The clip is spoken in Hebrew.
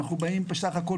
בסך הכל,